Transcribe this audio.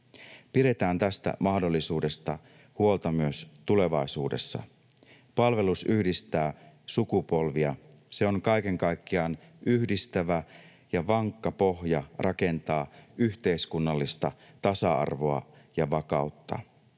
Pidetään tästä mahdollisuudesta huolta myös tulevaisuudessa. Palvelus yhdistää sukupolvia. Se on kaiken kaikkiaan yhdistävä ja vankka pohja rakentaa yhteiskunnallista tasa-arvoa ja vakautta.